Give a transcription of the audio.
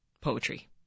poetry